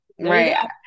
Right